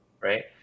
right